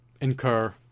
incur